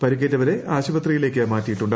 പരിക്കേറ്റവരെ ആശുപ്പത്രിയിലേക്ക് മാറ്റിയിട്ടുണ്ട്